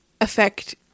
affect